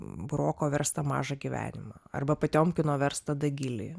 buroko verstą mažą gyvenimą arba potiomkino verstą dagilį